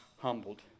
humbled